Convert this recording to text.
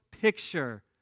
picture